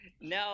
No